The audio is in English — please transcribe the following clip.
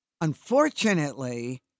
Unfortunately